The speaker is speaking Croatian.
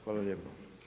Hvala lijepo.